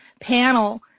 panel